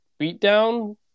beatdown